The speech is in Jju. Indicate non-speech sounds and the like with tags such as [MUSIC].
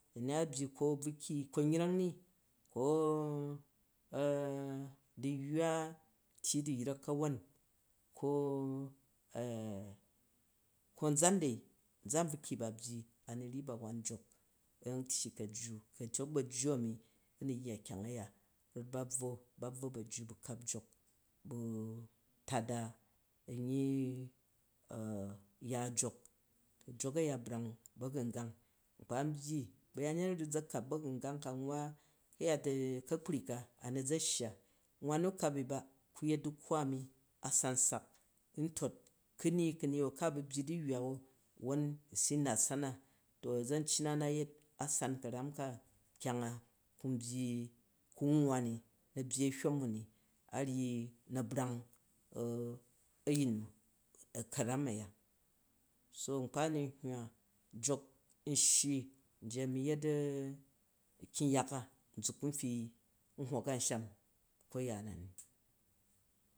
Da ni a byyi ko buku ko yrang ni ko [HESITATION] du̱yywa tyyi du̱yzek kawon ko [HESITATION] konʒan dau konʒam buki ba byyi a mu ruyyi ba wan jok an tyyi, kajju antyok bajju ami awu yyar kyang aya not ba bvwo ba bvwo bajju bu tada ayyi ya yok to jok aya brang bagungang nupa nbyyi bayanyet a su ʒa kap bagangang ka nwwa kayat kakpu ka a nuʒa shya wem nu ka, ba ku yet dukkwa ami a san sak n tot ku ni ka ni wo, ku a bu byyi dyywelo won us nat san na ti aʒanyi na a na yet a san karam kyang a kan byyi uum n wwa ni a byyi ahyok u m a ryyi na brang ayin karam aya so nkpa n nug hywa jok u shyi iyi mi yet kyang yok a nʒuk n fi a hok amsham kpa ya na ni